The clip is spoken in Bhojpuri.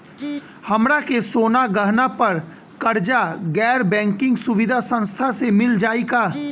हमरा के सोना गहना पर कर्जा गैर बैंकिंग सुविधा संस्था से मिल जाई का?